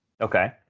okay